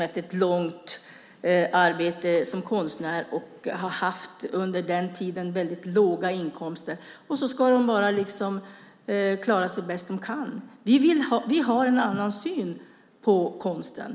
Efter ett långt arbete som konstnärer med väldigt låga inkomster ska de liksom bara klara sig bäst de kan. Vi har en annan syn på konsten.